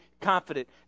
confident